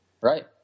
Right